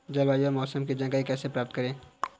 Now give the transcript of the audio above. जलवायु या मौसम की जानकारी कैसे प्राप्त करें?